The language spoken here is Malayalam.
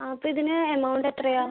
ആ അപ്പം ഇതിന് എമൗണ്ടെത്രയാണ്